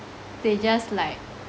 they just like